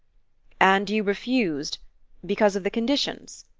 and you refused because of the conditions?